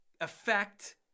effect